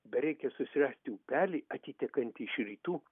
bereikia susirasti upelį atitekantį iš rytų